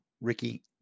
Ricky